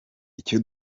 icyo